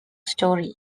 story